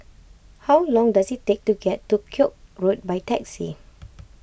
how long does it take to get to Koek Road by taxi